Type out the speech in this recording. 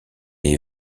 est